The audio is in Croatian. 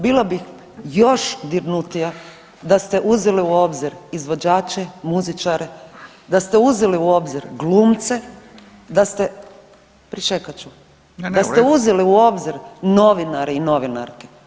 Bila bih još dirnutija da ste uzeli u obzir izvođače muzičare, da ste uzeli u obzir glumce, da ste, pričekat ću [[Upadica: Ne, ne, u redu]] da ste uzeli u obzir novinare i novinarke.